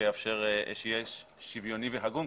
שיהיה שוויוני והגון,